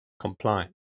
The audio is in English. compliant